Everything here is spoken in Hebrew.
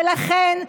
ולכן,